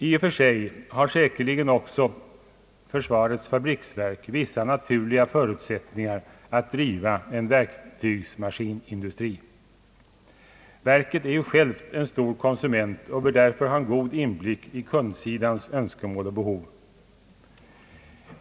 I och för sig har säkerligen också försvarets fabriksverk vissa naturliga förutsättningar att driva en verktygsmaskinindustri. Verket är ju självt en stor konsument och bör därför ha god inblick i kundsidans önskemål och be hov.